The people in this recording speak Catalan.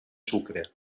sucre